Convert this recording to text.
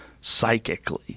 psychically